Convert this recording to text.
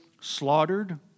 slaughtered